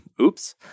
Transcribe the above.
oops